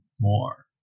more